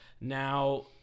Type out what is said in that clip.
Now